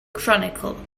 chronicle